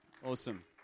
Awesome